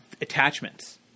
attachments